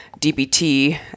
DBT